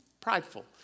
prideful